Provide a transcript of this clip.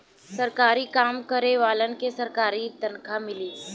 सरकारी काम करे वालन के सरकारी तनखा मिली